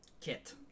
Kit